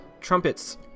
Trumpets